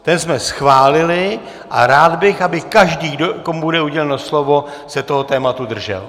Ten jsme schválili a rád bych, aby každý, komu bude uděleno slovo, se toho tématu držel.